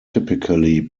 typically